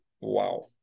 Wow